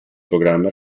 programma